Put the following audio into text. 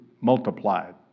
multiplied